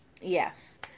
Yes